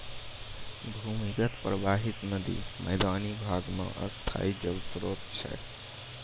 भूमीगत परबाहित नदी मैदानी भाग म स्थाई जल स्रोत छै